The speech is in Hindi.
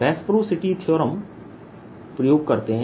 रेसप्रासिटी थीअरम प्रयोग करते हैं